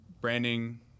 branding